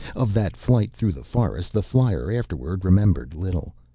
of that flight through the forest the flyer afterward remembered little.